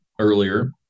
earlier